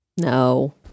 No